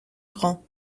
grand